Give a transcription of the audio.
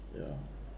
ya